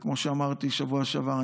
כמו שאמרתי בשבוע שעבר,